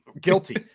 Guilty